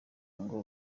ngo